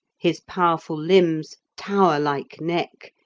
his powerful limbs, tower-like neck,